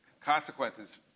consequences